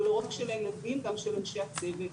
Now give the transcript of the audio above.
ולא רק של הילדים גם של אנשי הצוות.